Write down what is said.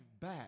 back